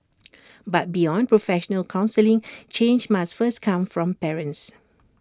but beyond professional counselling change must first come from parents